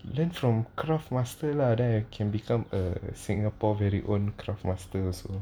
then from craft master lah then I can become a singapore very own craft master also